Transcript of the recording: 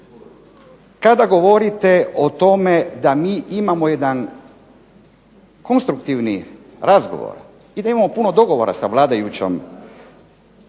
Kada govorite o tome da mi imamo jedan konstruktivni razgovor i da imamo puno dogovora sa vladajućom